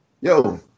Yo